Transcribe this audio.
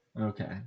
Okay